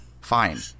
Fine